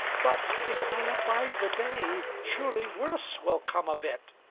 but if i abide the day, surely worse will come of it,